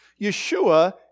Yeshua